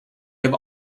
have